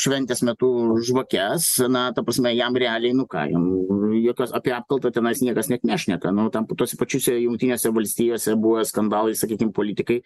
šventės metu žvakes na ta prasme jam realiai nu ką jam jokios apie apkaltą tenais niekas net nešneka nu ten po tose pačiose jungtinėse valstijose buvo skandalai sakykim politikai